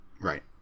Right